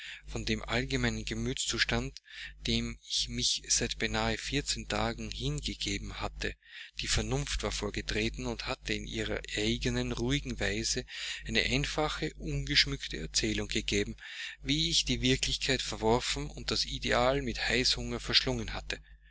von dem allgemeinen gemütszustand dem ich mich seit beinahe vierzehn tagen hingegeben hatte die vernunft war vorgetreten und hatte in ihrer eigenen ruhigen weise eine einfache ungeschmückte erzählung gegeben wie ich die wirklichkeit verworfen und das ideal mit heißhunger verschlungen hatte